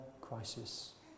crisis